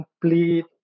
complete